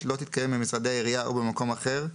לא תתקיים במשרדי העירייה או במקום אחר,